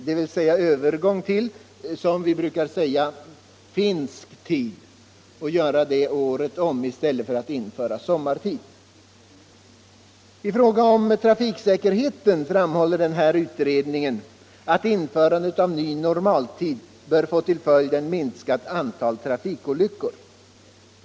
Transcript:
dvs. övergång till, som vi brukar säga, finsk tid året om i stället för införande av sommartid. I fråga om trafiksäkerheten framhåller utredningen att införande av ny normaltid bör få till följd ett minskat antal trafikolyckor.